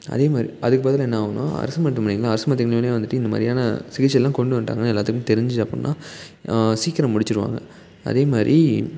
அதே மாதிரி அதுக்கு பதிலாக என்ன ஆகுன்னா அரசு மருத்துவமனைகளில் அரசு மருத்துவமனையிலேயே வந்துவிட்டு இந்த மாதிரியான சிகிச்சைலாம் கொண்டு வந்துட்டாங்கன்னு எல்லாத்துக்கும் தெரிஞ்சுது அப்புடின்னா சீக்கிரம் முடிச்சிடுவாங்க அதே மாதிரி